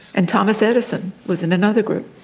and thomas edison was in another group.